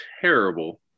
terrible